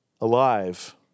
alive